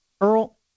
Earl